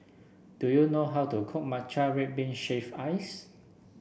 do you know how to cook Matcha Red Bean Shaved Ice